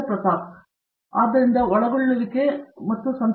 ಪ್ರತಾಪ್ ಹರಿಡೋಸ್ ಆದ್ದರಿಂದ ಒಳಗೊಳ್ಳುವಿಕೆ ಮತ್ತು ಸಂತೋಷ